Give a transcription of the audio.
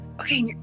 okay